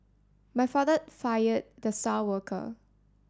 my father fired the star worker